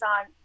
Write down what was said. on